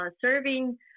serving